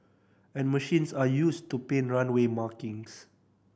and machines are used to paint runway markings